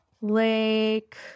Lake